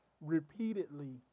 repeatedly